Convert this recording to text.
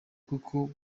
kuko